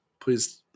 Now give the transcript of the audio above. please